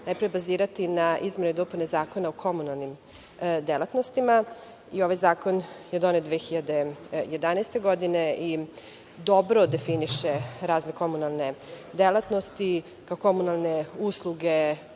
najpre bazirati na izmenama i dopunama Zakona o komunalnim delatnostima. Ovaj zakon je donet 2011. godine i dobro definiše razne komunalne delatnosti, kao komunalne usluge